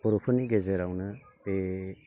बर'फोरनि गेजेरावनो बे